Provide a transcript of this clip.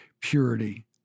purity